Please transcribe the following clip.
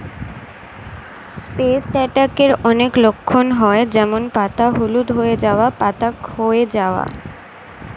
paste অ্যাটাকের অনেক লক্ষণ হয় যেমন পাতা হলুদ হয়ে যাওয়া, পাতা ক্ষয় যাওয়া